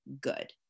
good